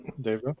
david